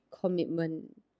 commitment